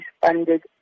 funded